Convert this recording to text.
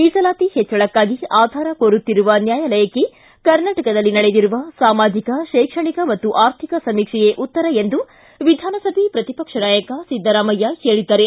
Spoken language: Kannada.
ಮೀಸಲಾತಿ ಹೆಚ್ಚಳಕ್ಕಾಗಿ ಆಧಾರ ಕೋರುತ್ತಿರುವ ನ್ಯಾಯಾಲಯಕ್ಕೆ ಕರ್ನಾಟಕದಲ್ಲಿ ನಡೆದಿರುವ ಸಾಮಾಜಿಕ ಶೈಕ್ಷಣಿಕ ಮತ್ತು ಆರ್ಥಿಕ ಸಮೀಕ್ಷೆಯೇ ಉತ್ತರಎಂದು ವಿಧಾನಸಭೆ ಪ್ರತಿಪಕ್ಷ ನಾಯಕ ಸಿದ್ದರಾಮಯ್ಯ ಹೇಳಿದ್ದಾರೆ